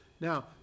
Now